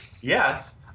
yes